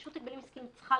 רשות הגבלים עסקיים,